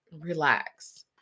relax